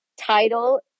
title